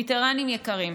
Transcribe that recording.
וטרנים יקרים,